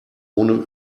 ohne